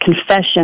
confession